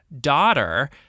daughter